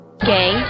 Gay